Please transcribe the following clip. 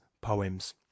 poems